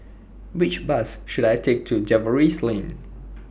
Which Bus should I Take to Jervois Lane